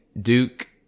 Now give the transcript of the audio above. Duke